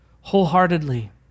wholeheartedly